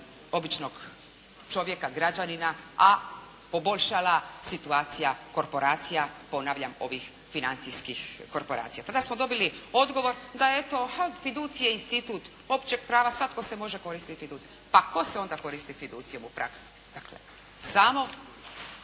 običnog čovjeka, građanina, a poboljšala situacija korporacija, ponavljam ovih financijskih korporacija. Tada smo dobili odgovor da eto od fiducije institut općeg prava svatko se može koristiti fiducijom. Pa tko se onda koristi fiducijom u praksi? Dakle,